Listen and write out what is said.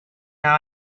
nor